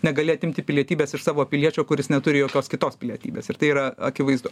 negali atimti pilietybės iš savo piliečio kuris neturi jokios kitos pilietybės ir tai yra akivaizdu